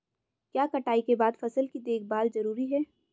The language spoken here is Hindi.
क्या कटाई के बाद फसल की देखभाल जरूरी है?